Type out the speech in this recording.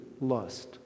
lust